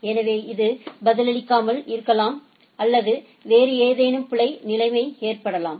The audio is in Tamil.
எனவே அது பதிலளிக்காமல் இருக்கலாம் அல்லது வேறு ஏதேனும் பிழை நிலைமை ஏற்படலாம்